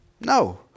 no